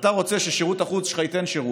ואתה רוצה ששירות החוץ שלך ייתן שירות,